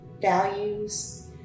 values